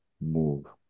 move